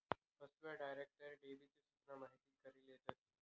फसव्या, direct debit सूचना माहिती करी लेतस